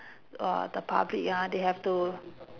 uh the public ah they have to